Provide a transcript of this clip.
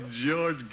George